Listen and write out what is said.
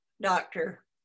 doctor